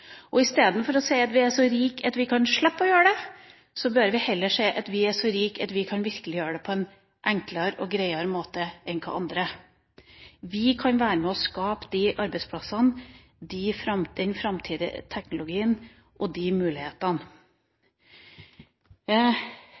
å si at vi er så rike at vi kan slippe å gjøre det, bør vi heller si at vi er så rike at vi kan virkeliggjøre det på en enklere og greiere måte enn andre. Vi kan være med og skape de arbeidsplassene, den framtidige teknologien og de mulighetene.